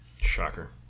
Shocker